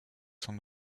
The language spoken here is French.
son